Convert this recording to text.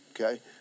Okay